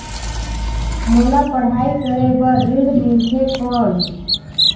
मोला पढ़ाई करे बर ऋण मिलथे कौन?